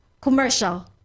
commercial